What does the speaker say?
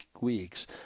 weeks